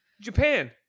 Japan